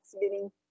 meaning